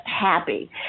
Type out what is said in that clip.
happy